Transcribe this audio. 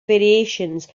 variations